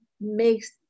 makes